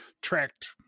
tracked